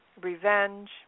revenge